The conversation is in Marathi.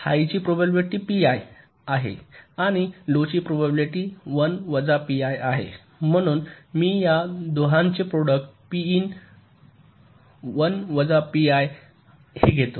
हाय ची प्रोबॅबिलिटी पीआय आहे आणि लो ची प्रोबॅबिलिटी 1 वजा पीआय आहे म्हणून मी या दोहोंचे प्रॉडक्ट पी इन 1 वजा पीआय घेते